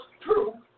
true